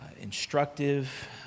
instructive